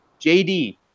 JD